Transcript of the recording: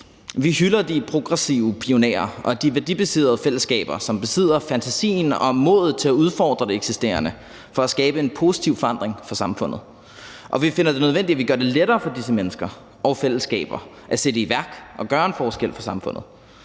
Vi hylder de progressive pionerer og de værdibaserede fællesskaber, som besidder fantasien og modet til at udfordre det eksisterende for at skabe en positiv forandring for samfundet. Og vi finder det nødvendigt, at vi gør det lettere for disse mennesker og fællesskaber at sætte i værk og gøre en forskel for samfundet,